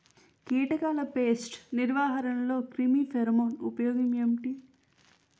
కీటకాల పేస్ట్ నిర్వహణలో క్రిమి ఫెరోమోన్ ఉపయోగం